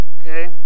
Okay